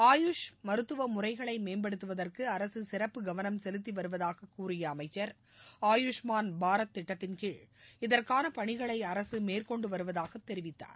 ஆயுஷ் மருத்துவ முறைகளை மேம்படுத்துவதற்கு அரசு சிறப்பு கவனம் செலுத்தி வருவதாக கூறிய அமைச்சா் ஆயுஷ்மாள் பாரத் திட்டத்தின் கீழ் இதற்கான பணிகளை அரசு மேற்கொண்டு வருவதூக தெரிவித்தார்